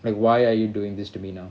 like why are you doing this to me now